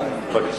בבקשה.